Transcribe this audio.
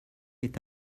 est